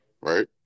right